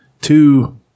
two